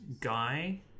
guy